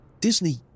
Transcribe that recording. Disney